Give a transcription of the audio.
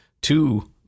two